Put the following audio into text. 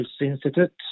Institute